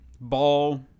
ball